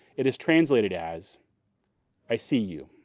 it is translated as i see you,